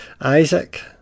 Isaac